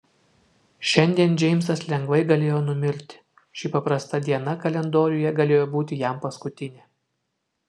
šiandien džeimsas lengvai galėjo numirti ši paprasta diena kalendoriuje galėjo būti jam paskutinė